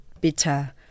bitter